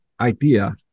idea